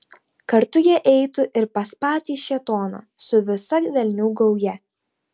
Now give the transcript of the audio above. kartu jie eitų ir pas patį šėtoną su visa velnių gauja